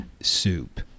soup